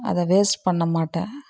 அதை வேஸ்ட் பண்ண மாட்டேன்